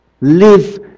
Live